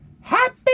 happy